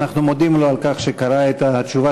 אנחנו מודים לו על כך שקרא את התשובה